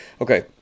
okay